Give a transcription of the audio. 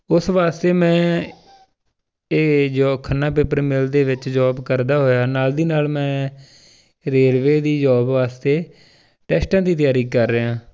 ਉਸ ਵਾਸਤੇ ਮੈਂ ਇਹ ਜੋ ਖੰਨਾ ਪੇਪਰ ਮਿੱਲ ਦੇ ਵਿੱਚ ਜੋਬ ਕਰਦਾ ਹੋਇਆ ਨਾਲ ਦੀ ਨਾਲ ਮੈਂ ਰੇਲਵੇ ਦੀ ਜੋਬ ਵਾਸਤੇ ਟੈਸਟਾਂ ਦੀ ਤਿਆਰੀ ਕਰ ਰਿਹਾ